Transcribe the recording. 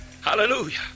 Hallelujah